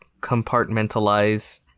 compartmentalize